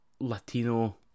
Latino